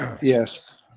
Yes